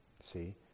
see